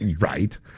right